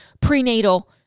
prenatal